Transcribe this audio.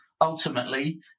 ultimately